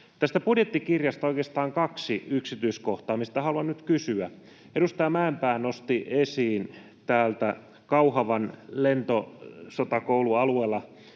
Tästä budjettikirjasta oikeastaan kaksi yksityiskohtaa, mistä haluan nyt kysyä: Edustaja Mäenpää nosti täältä esiin Kauhavan entisen Lentosotakoulun alueella